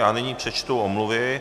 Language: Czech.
Já nyní přečtu omluvy.